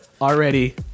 already